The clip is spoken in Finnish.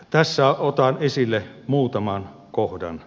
tässä otan esille muutaman kohdan